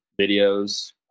videos